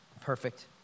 perfect